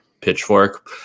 pitchfork